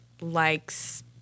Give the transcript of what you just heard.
likes